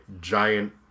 giant